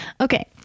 Okay